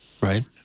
Right